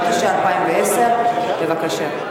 התשע"א 2011. בבקשה.